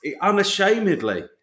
unashamedly